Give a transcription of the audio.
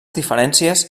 diferències